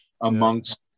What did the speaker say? amongst